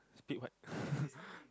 speak what